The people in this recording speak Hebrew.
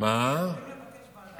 יכולים לבקש ועדה.